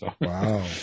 Wow